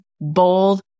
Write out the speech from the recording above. bold